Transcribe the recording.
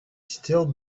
still